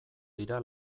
dira